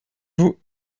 vous